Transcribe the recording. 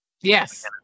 Yes